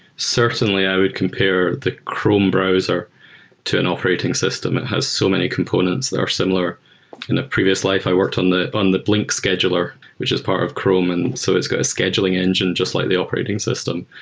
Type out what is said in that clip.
certainly, i would compare the chrome browser to an operating system and has so many components that are similar. in a previous life, i worked on the on the blink scheduler, which is part of chrome. and so it's got a scheduling engine just like the operating system.